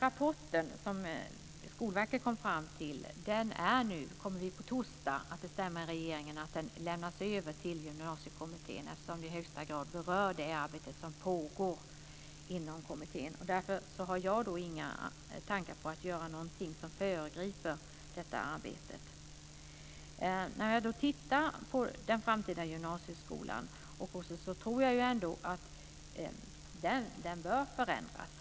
Regeringen kommer på torsdag att bestämma att Skolverkets rapport ska överlämnas till Gymnasiekommittén, eftersom den i högsta grad berör det arbete som pågår inom kommittén. Därför har jag inga tankar på att göra någonting som föregriper detta arbete. Jag tror att den framtida gymnasieskolan bör förändras.